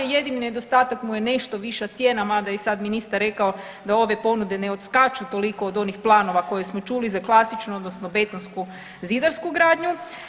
Jedini nedostatak mu je nešto viša cijena, mada je i sad ministar rekao da ove ponude ne odskaču toliko od onih planova koje smo čuli za klasičnu betonsku, zidarsku gradnju.